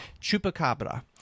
Chupacabra